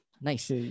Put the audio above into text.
Nice